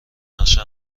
نقشه